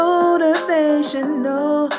Motivational